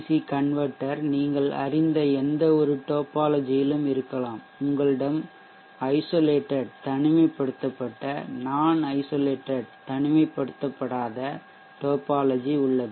C converter நீங்கள் அறிந்த எந்தவொரு டோப்பாலஜியிலும் இருக்கலாம் உங்களிடம் ஐசொலேட்டட் தனிமைப்படுத்தப்பட்ட நான்ஐசொலேட்டட் தனிமைப்படுத்தப்படாத டோப்பாலஜி உள்ளது